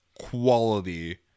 quality